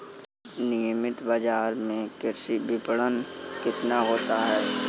नियमित बाज़ार में कृषि विपणन कितना होता है?